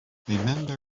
remember